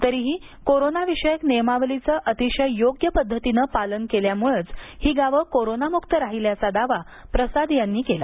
तरीही कोरोनाविषयक नियमावलीचं अतिशय योग्य पद्धतीनं पालन केल्यामुळंच ही गावं कोरोनामुक्त राहिल्याचा दावा प्रसाद यांनी केला